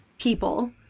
people